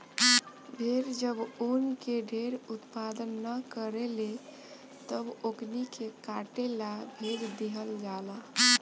भेड़ जब ऊन के ढेर उत्पादन न करेले तब ओकनी के काटे ला भेज दीहल जाला